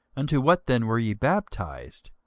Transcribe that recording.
unto what then were ye baptized?